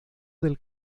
del